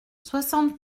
soixante